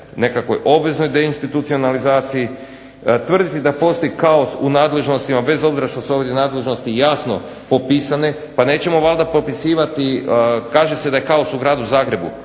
nekakvoj obveznoj deinstitucionalizaciji. Tvrditi da postoji kaos u nadležnostima bez obzira što su ovdje nadležnosti jasno popisane. Pa nećemo valjda popisivati, kaže se da je kaos u Gradu Zagrebu.